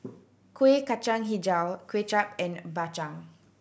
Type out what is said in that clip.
Kueh Kacang Hijau Kway Chap and Bak Chang